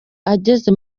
ageze